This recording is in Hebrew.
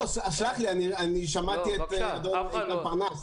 שמעתי את אדון איתן פרנס.